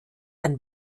ein